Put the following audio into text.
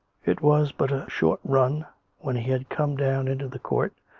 it was but a short run when he had come down into the court,